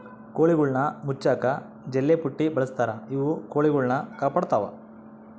ಕೋಳಿಗುಳ್ನ ಮುಚ್ಚಕ ಜಲ್ಲೆಪುಟ್ಟಿ ಬಳಸ್ತಾರ ಇವು ಕೊಳಿಗುಳ್ನ ಕಾಪಾಡತ್ವ